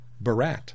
Barat